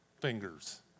fingers